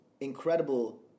incredible